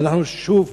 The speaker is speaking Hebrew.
ואנחנו שוב,